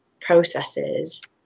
processes